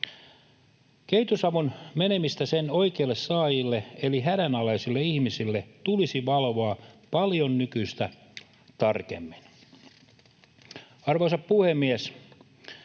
Kehitysavun menemistä sen oikeille saajille, eli hädänalaisille ihmisille, tulisi valvoa paljon nykyistä tarkemmin. Arvoisa puhemies!